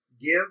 give